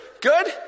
Good